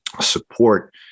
support